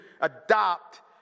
adopt